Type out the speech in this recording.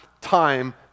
time